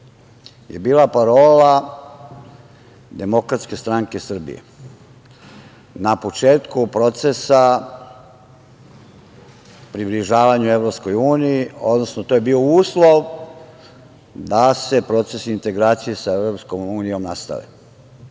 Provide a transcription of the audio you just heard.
je bila parola Demokratske stranke Srbije na početku procesa približavanja EU, odnosno to je bio uslov da se proces integracije sa EU nastave.U